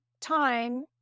time